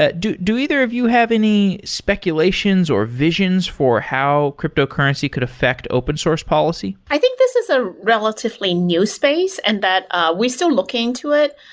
ah do do either of you have any speculations or visions for how cryptocurrency could affect open source policy? i think this is a relatively new space, and that ah we're still looking to it.